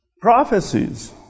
prophecies